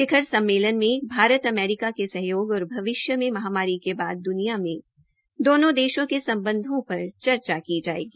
शिखर सम्मेलन में भारत अमेरिका के सहयोग और भविष्य मे महामारी के बाद द्निया में दोनों देशों के सम्बधों पर चर्चा की जायेगी